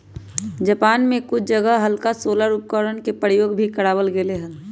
Japan में कुछ जगह हल्का सोलर उपकरणवन के प्रयोग भी करावल गेले हल